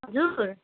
हजुर